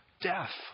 death